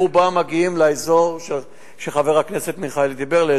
רובם מגיעים לאזור שחבר הכנסת מיכאלי דיבר עליו,